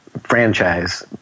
franchise